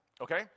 okay